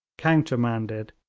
countermanded,